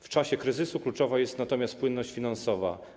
W czasie kryzysu kluczowa jest natomiast płynność finansowa.